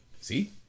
See